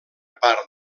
part